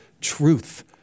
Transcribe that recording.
Truth